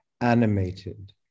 animated